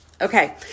Okay